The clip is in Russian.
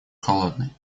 холодный